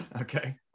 Okay